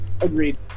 Agreed